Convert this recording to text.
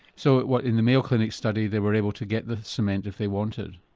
so what, in the mayo clinic study they were able to get the cement if they wanted?